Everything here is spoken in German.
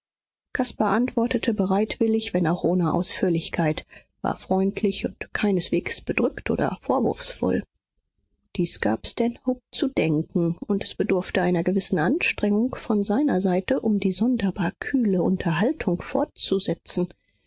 caspar antwortete bereitwillig wenn auch ohne ausführlichkeit war freundlich und keineswegs bedrückt oder vorwurfsvoll dies gab stanhope zu denken und es bedurfte einer gewissen anstrengung von seiner seite um die sonderbar kühle unterhaltung fortzusetzen